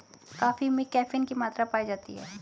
coffee में caffeine की मात्रा पाई जाती है